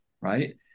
right